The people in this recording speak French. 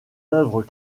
œuvres